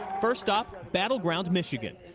first up, battleground michigan,